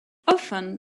often